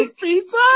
Pizza